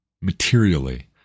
materially